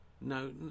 No